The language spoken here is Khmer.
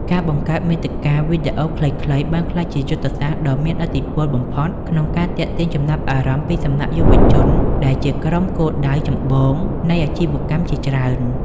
ការបង្កើតមាតិកាវីដេអូខ្លីៗបានក្លាយជាយុទ្ធសាស្ត្រដ៏មានឥទ្ធិពលបំផុតក្នុងការទាក់ទាញចំណាប់អារម្មណ៍ពីសំណាក់យុវវ័យដែលជាក្រុមគោលដៅចម្បងនៃអាជីវកម្មជាច្រើន។